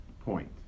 point